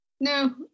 no